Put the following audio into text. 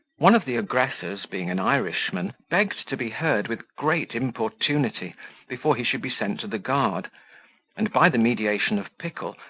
one of the aggressors, being an irishman, begged to be heard with great importunity before he should be sent to the guard and, by the mediation of pickle,